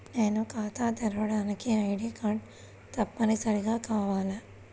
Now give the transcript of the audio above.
నేను ఖాతా తెరవడానికి ఐ.డీ కార్డు తప్పనిసారిగా కావాలా?